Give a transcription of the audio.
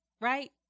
right